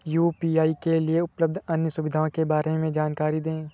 UPI के लिए उपलब्ध अन्य सुविधाओं के बारे में जानकारी दें?